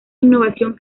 innovación